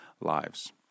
lives